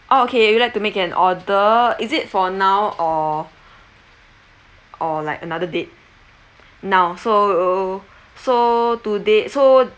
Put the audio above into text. oh okay you would like to make an order is it for now or or like another date now so so today so